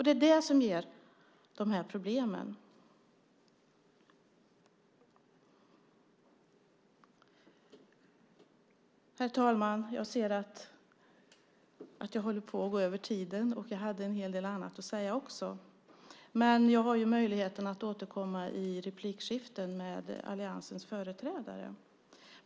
Det är det som ger dessa problem. Herr talman! Min talartid är nästan slut. Jag hade en hel del annat att säga också. Men jag har möjlighet att återkomma i replikskiften med alliansens företrädare.